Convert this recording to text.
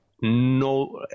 No